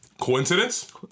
Coincidence